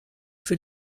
für